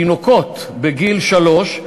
תינוקות בגיל שלוש,